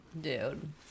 dude